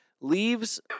leaves